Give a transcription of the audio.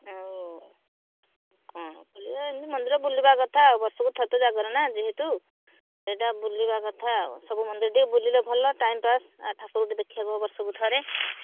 ଆଉ କ'ଣ କରିବା ଏମିତି ମନ୍ଦିର ବୁଲିବା କଥା ବର୍ଷ କୁ ଥରେ ଜାଗର ନା ଯେହେତୁ ଏହିଟା ବୁଲିବା କଥା ଆଉ ସବୁ ମନ୍ଦିର ଟିକେ ବୁଲିଲେ ଭଲ ଟାଇମପାସ ଆଉ ଠାକୁରଙ୍କୁ ଟିକ ଦେଖିବାକୁ ହେବ ବର୍ଷକୁ ଥରେ